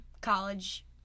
college